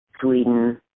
Sweden